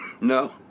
No